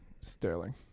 Sterling